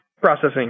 Processing